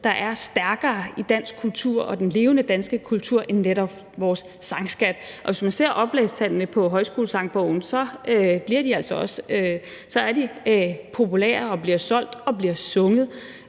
der er stærkere i dansk kultur og den levende danske kultur end netop vores sangskat. Oplagstallene for Højskolesangbogen viser, at den er populær og bliver solgt og bliver sunget,